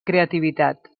creativitat